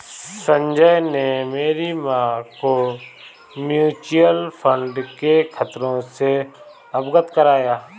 संजय ने मेरी मां को म्यूचुअल फंड के खतरों से अवगत कराया